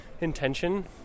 intention